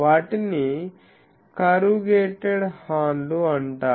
వాటిని corrugated horn లు అంటారు